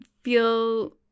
feel